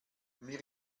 mir